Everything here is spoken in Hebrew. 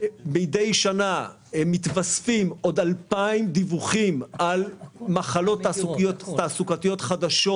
מתי אתם מתכוונים לעשות את זה?